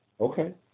Okay